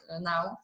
now